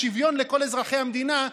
בשוויון לכל אזרחי המדינה,